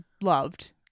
loved